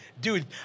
dude